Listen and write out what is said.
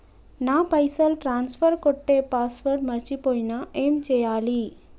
నా పైసల్ ట్రాన్స్ఫర్ కొట్టే పాస్వర్డ్ మర్చిపోయిన ఏం చేయాలి?